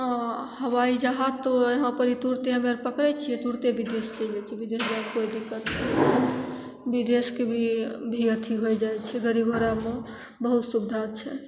आओर हवाइ जहाज तऽ यहाँपर तुरन्ते हमे आओर पकड़ै छिए तुरन्ते विदेश चलि जाइ छिए विदेश जाइमे कोइ दिक्कत विदेशके भी भी अथी होइ जाइ छै गाड़ी घोड़ा बहुत सुविधा छै